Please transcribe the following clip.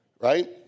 right